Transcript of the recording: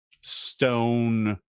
stone